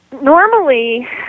normally